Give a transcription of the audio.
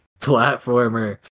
platformer